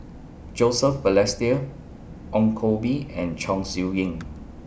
Joseph Balestier Ong Koh Bee and Chong Siew Ying